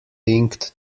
linked